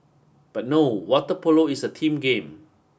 but no water polo is a team game